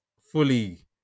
fully